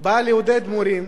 באה לעודד מורים